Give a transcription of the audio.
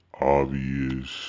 obvious